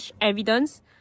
evidence